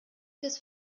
des